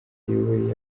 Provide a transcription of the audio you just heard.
ayoboye